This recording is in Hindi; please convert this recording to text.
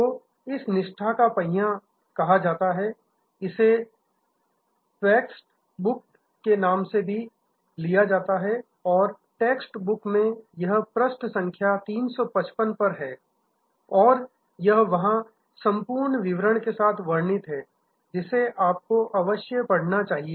तो इसे निष्ठा का पहिया कहा जाता है इसे टेक्स्ट बुक से भी लिया जाता है और टेक्स्ट बुक में यह पृष्ठ संख्या 355 पर है और यह वहाँ संपूर्ण विवरण के साथ वर्णित है जिसे आप को अवश्य पढ़ना चाहिए